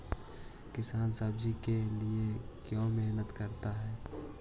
किसान सब्जी के लिए क्यों मेहनत करता है?